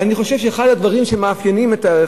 ואני חושב שאחד הדברים שמאפיינים את הערך